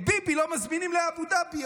את ביבי לא מזמינים לאבו דאבי,